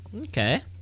Okay